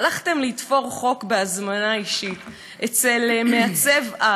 הלכתם לתפור חוק בהזמנה אישית אצל מעצב-על,